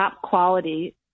top-quality